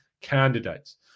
candidates